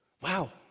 Wow